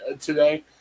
today